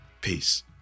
Peace